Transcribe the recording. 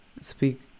speak